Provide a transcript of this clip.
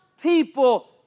people